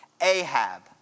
Ahab